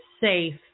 safe